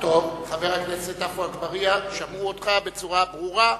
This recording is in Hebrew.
חבר הכנסת עפו אגבאריה, שמעו אותך בצורה ברורה.